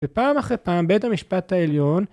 ופעם אחרי פעם בית המשפט העליון